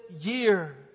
year